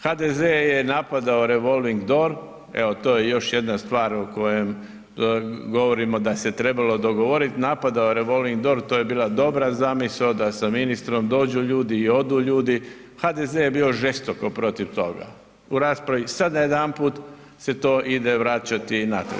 HDZ je napadao revolving door, evo to je još jedna stvar o kojom govorimo da se trebalo dogovorit, napadao revolvign door to je bila dobra zamisao da se ministrom dođu ljudi i odu ljudi, HDZ je bio žestoko protiv toga u raspravi, sad najedanput se to ide vraćati natrag.